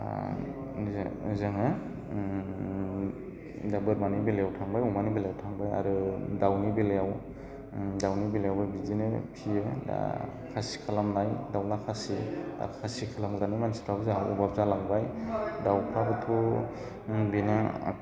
जोङो दा बोरमानि बेलायाव थांबाय अमानि बेलायाव थांबाय आरो दाउनि बेलायाव दाउनि बेलायावबो बिदिनो फिसियो दा खासि खालामनाय दाउला खासि आरो खासि खालामग्रानि मानसिफ्राबो जोंहा अभाब जालांबाय दाउफ्राबोथ' बेनो